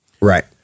Right